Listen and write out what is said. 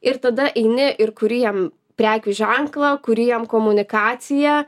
ir tada eini ir kuri jiem prekių ženklą kuri jiem komunikaciją